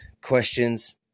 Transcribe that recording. questions